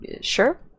sure